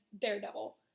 Daredevil